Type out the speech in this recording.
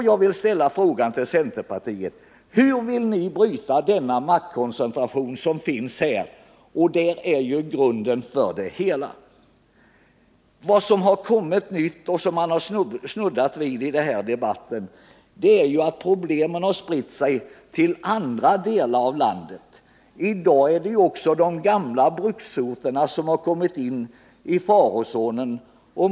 Jag vill ställa frågan till centerpartiet: Hur vill ni bryta den maktkoncentration som finns? Detta är ju grunden för det hela. Vad som är nytillkommet och som man snuddat vid i denna debatt är att problemen spritt sig till andra delar av landet. I dag är det också de gamla bruksorterna som kommit in i farozonen.